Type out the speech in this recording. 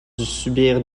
subir